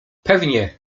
pewnie